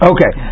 Okay